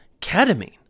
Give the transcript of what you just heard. Ketamine